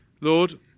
Lord